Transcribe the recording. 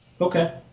Okay